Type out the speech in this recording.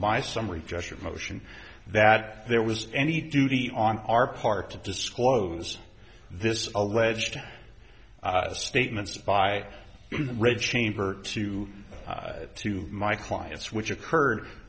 my summary judgment motion that there was any duty on our part to disclose this alleged statements by the red chamber to to my clients which occurred